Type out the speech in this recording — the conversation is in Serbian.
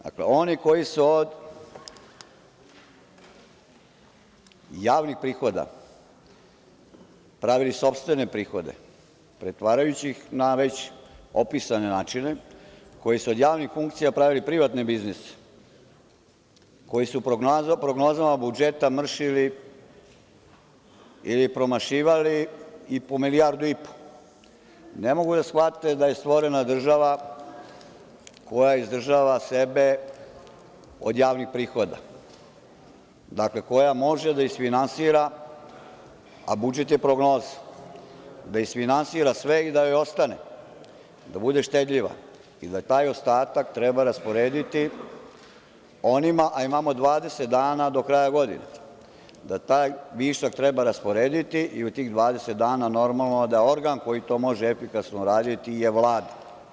Dakle, oni koji su od javnih prihoda pravili sopstvene prihode, pretvarajući ih na već opisane načine, koji su od javnih funkcija pravili privatne biznise, koji su prognozama budžeta mršili ili promašivali i po milijardu i po, ne mogu da shvate da je stvorena država koja izdržava sebe od javnih prihoda, dakle, koja može da isfinansira, a budžet je prognoza, da isfinansira sve i da joj ostane, da bude štedljiva i da taj ostatak treba rasporediti onima, a imamo 20 dana do kraja godine, da taj višak treba rasporediti i u tih 20 dana, normalno, da organ koji to može efikasno uraditi je Vlada.